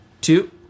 two